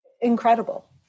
incredible